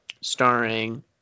starring